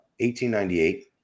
1898